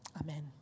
Amen